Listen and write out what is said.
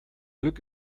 glück